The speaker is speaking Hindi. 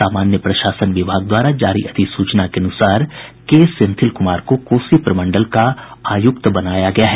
सामान्य प्रशासन विभाग द्वारा जारी अधिसूचना के अनुसार के सेंथिल कुमार को कोसी प्रमंडल का आयुक्त बनाया गया है